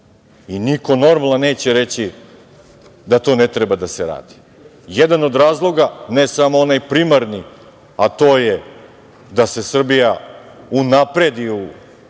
I niko normalan neće reći da to ne treba da se radi. Jedan od razloga, ne samo onaj primarni, a to je da se Srbija unapredi u